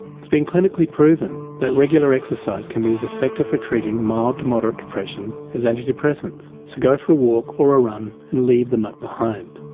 it's been clinically proven that regular exercise can be as effective for treating mild to moderate depression as antidepressants. so go for a walk or a run and leave the mutt behind.